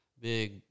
big